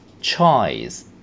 Choice